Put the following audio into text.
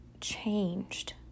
changed